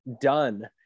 done